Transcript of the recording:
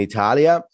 Italia